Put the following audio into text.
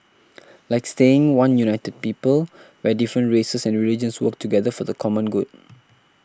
like staying one united people where different races and religions work together for the common good